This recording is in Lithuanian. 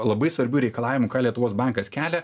labai svarbių reikalavimų ką lietuvos bankas kelia